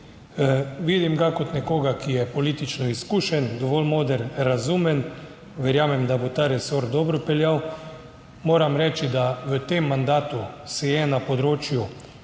Vidim ga kot nekoga, ki je politično izkušen, dovolj moder, razumen, verjamem, da bo ta resor dobro peljal. Moram reči, da v tem mandatu se je na področju